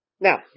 Now